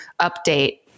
update